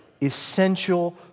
essential